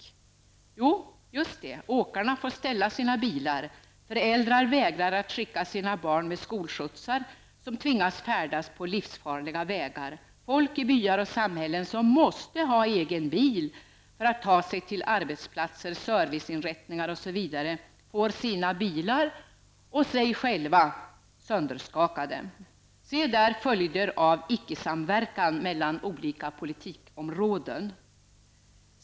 Ja, just det, åkarna får ställa sina bilar, föräldrar vägrar att skicka sina barn med skolskjutsar som tvingas att färdas på livsfarliga vägar. Folk i byar och samhällen som måste ha egen bil för att ta sig till arbetsplatser, serviceinrättningar osv. får sina bilar -- och sig själva -- sönderskakade! Se där följder av en ''icke-samverkan'' mellan olika politikområden!